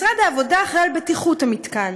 משרד העבודה אחראי לבטיחות המתקן,